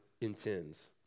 intends